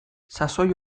sasoi